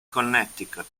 connecticut